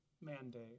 mandate